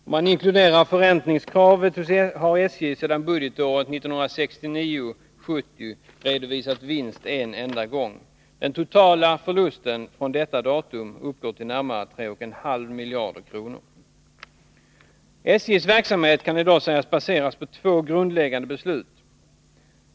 Om man inkluderar förräntningskravet, har SJ sedan budgetåret 1969/70 redovisat vinst en enda gång. Den totala förlusten från detta datum uppgår till närmare 3,5 miljarder kronor. SJ:s verksamhet kan i dag sägas baseras på två grundläggande beslut.